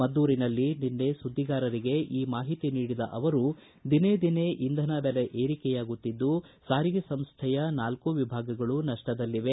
ಮದ್ದೂರಿನಲ್ಲಿ ನಿನ್ನೆ ಸುದ್ದಿಗಾರರಿಗೆ ಈ ಮಾಹಿತಿ ನೀಡಿದ ಅವರು ದಿನೇ ದಿನೇ ಇಂಧನ ಬೆಲೆ ಏರಿಕೆಯಾಗುತ್ತಿದ್ದು ಸಾರಿಗೆ ಸಂಸ್ಕೆಯ ನಾಲ್ಕು ವಿಭಾಗಗಳೂ ನಷ್ಟದಲ್ಲಿವೆ